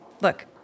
Look